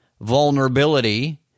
vulnerability